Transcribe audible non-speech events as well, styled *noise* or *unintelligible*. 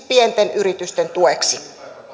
*unintelligible* pienten yritysten tueksi